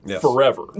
forever